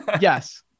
Yes